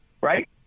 Right